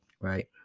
right